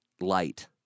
light